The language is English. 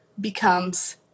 becomes